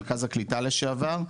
מרכז הקליטה לשעבר,